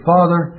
Father